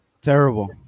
Terrible